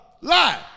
lie